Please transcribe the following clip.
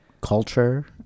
culture